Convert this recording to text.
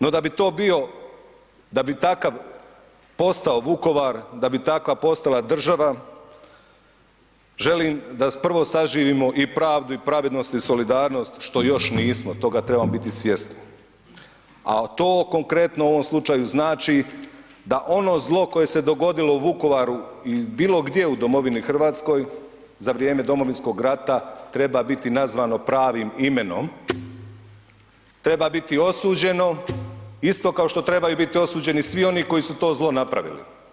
No da bi to bio, da bi takav postao Vukovar, da bi takva postala država, želim da prvo saživimo i pravdu i pravednosti i solidarnost, što još nismo, toga trebamo biti svjesni a to konkretno u ovom slučaju znači da ono zlo koje se dogodilo u Vukovaru i bilogdje u domovini Hrvatskoj za vrijeme Domovinskog rata, treba biti nazvano pravim imenom, treba biti osuđeno isto kao što trebaju biti osuđeni i svi oni koji su to zlo napravili.